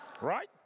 Right